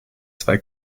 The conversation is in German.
zwei